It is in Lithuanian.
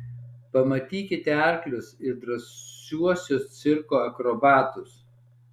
pamatykite arklius ir drąsiuosius cirko akrobatus